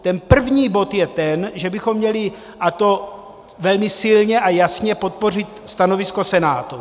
Ten první bod je ten, že bychom měli, a to velmi silně a jasně, podpořit stanovisko Senátu.